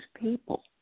people